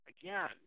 Again